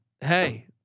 hey